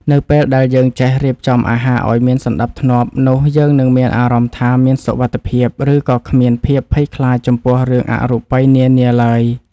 នៅពេលដែលយើងចេះរៀបចំអាហារឱ្យមានសណ្តាប់ធ្នាប់នោះយើងនឹងមានអារម្មណ៍ថា មានសុវត្ថិភាព ឬក៏គ្មានភាពភ័យខ្លាចចំពោះរឿងអរូបិយនានាឡើយ។